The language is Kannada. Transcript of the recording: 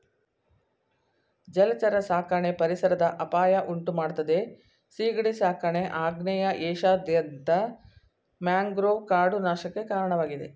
ಜಲಚರ ಸಾಕಣೆ ಪರಿಸರದ ಅಪಾಯ ಉಂಟುಮಾಡ್ತದೆ ಸೀಗಡಿ ಸಾಕಾಣಿಕೆ ಆಗ್ನೇಯ ಏಷ್ಯಾದಾದ್ಯಂತ ಮ್ಯಾಂಗ್ರೋವ್ ಕಾಡು ನಾಶಕ್ಕೆ ಕಾರಣವಾಗಿದೆ